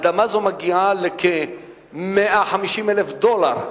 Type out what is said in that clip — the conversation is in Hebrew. אדמה זו מגיעה לכ- 150,000 דולר לנחלה,